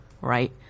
right